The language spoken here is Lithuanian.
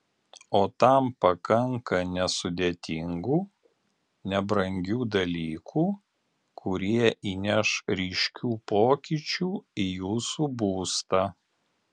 o tam pakanka nesudėtingų nebrangių dalykų kurie įneš ryškių pokyčių į jūsų būstą